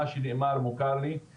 מישהו צריך להיות אחראי על מהלך מהסוג